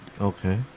Okay